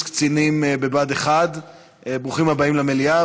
קצינים בבה"ד 1. ברוכים הבאים למליאה,